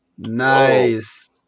nice